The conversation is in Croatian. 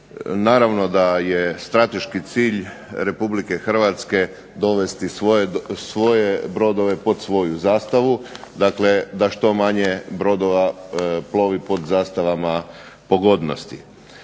Naravno da je strateški cilj RH dovesti svoje brodove pod svoju zastavu, dakle da što manje brodova plovi pod zastavama pogodnosti.